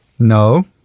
No